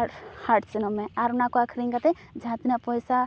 ᱟᱨ ᱦᱟᱴ ᱥᱮᱱᱚᱜ ᱢᱮ ᱟᱨ ᱚᱱᱟ ᱠᱚ ᱟᱠᱷᱨᱤᱧ ᱠᱟᱛᱮᱫ ᱡᱟᱦᱟᱛᱤᱱᱟᱹᱜ ᱯᱚᱭᱥᱟ